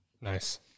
Nice